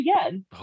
again